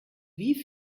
wie